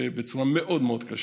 בצורה מאוד מאוד קשה.